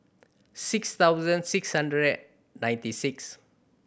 six thousand six hundred and ninety six